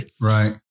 right